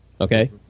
Okay